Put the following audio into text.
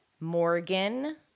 Morgan